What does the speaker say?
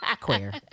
queer